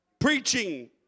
Preaching